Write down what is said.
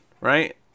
right